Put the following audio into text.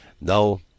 No